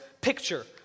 picture